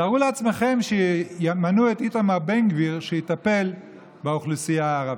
תארו לעצמכם שימינו את איתמר בן גביר שיטפל באוכלוסייה הערבית.